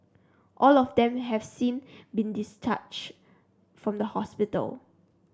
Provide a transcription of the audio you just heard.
all of them have seen been discharged from the hospital